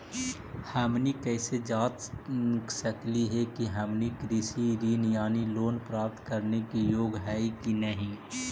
हमनी कैसे जांच सकली हे कि हमनी कृषि ऋण यानी लोन प्राप्त करने के योग्य हई कि नहीं?